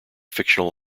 fictional